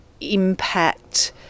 impact